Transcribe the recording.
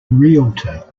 realtor